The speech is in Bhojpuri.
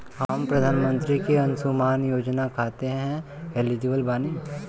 हम प्रधानमंत्री के अंशुमान योजना खाते हैं एलिजिबल बनी?